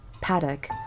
Paddock